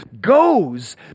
goes